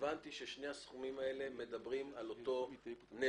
ששני הסכומים האלה מדברים על אותו נפח,